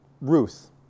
Ruth